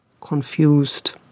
confused